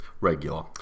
Regular